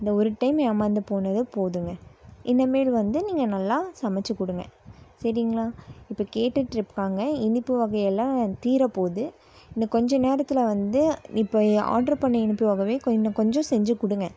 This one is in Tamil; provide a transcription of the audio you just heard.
இந்த ஒரு டைம் ஏமாந்து போனதே போதுங்க இனிமேல் வந்து நீங்கள் நல்லா சமைச்சிக் கொடுங்க சரிங்களா இப்போ கேட்டுட்டிருப்பாங்க இனிப்பு வகை எல்லாம் தீர போகுது இன்னும் கொஞ்சம் நேரத்தில் வந்து இப்போ ஆர்ட்ரு பண்ண இனிப்பு வகைவே கோ இன்னும் கொஞ்சம் செஞ்சுக் கொடுங்க